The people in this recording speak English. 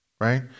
right